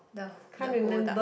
the wh~ the whole duck